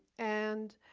and